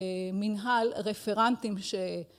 מנהל רפרנטים